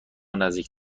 نزدیک